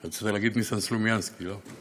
רצית להגיד ניסן סלומינסקי, לא?